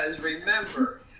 remember